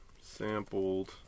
sampled